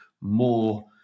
more